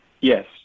Yes